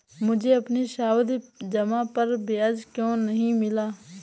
मुझे अपनी सावधि जमा पर ब्याज क्यो नहीं मिला?